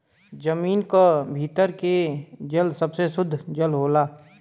जमीन क भीतर के जल सबसे सुद्ध जल होला